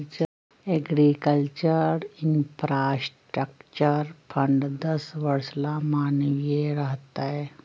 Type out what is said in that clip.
agriculture infrastructure fund दस वर्ष ला माननीय रह तय